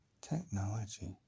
technology